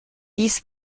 dies